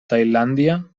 tailàndia